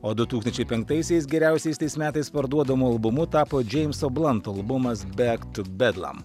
o du tūkstančiai penktaisiais geriausiais tais metais parduodamu albumu tapo džeimso blanto albumas bek tu bedlam